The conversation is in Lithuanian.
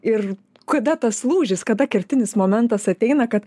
ir kada tas lūžis kada kertinis momentas ateina kad